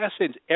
essence